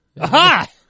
aha